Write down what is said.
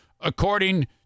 according